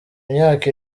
myaka